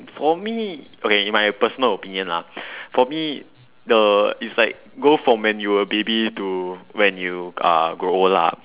for me okay in my personal opinion lah for me the is like go from when you were a baby to when uh you grow old lah